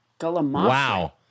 Wow